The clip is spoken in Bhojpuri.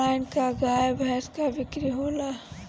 आनलाइन का गाय भैंस क बिक्री होला?